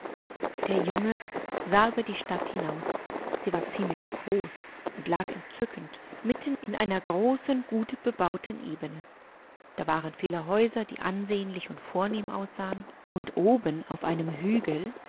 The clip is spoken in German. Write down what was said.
der junge sah über die stadt hinaus sie war ziemlich groß und lag entzückend mitten in einer großen gut bebauten ebene da waren viele häuser dieansehnlichundvornehmaussahen undobenaufeinemhügellag einstattlichgebautesschloßmitzweischwerentürmen